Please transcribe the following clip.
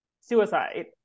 suicide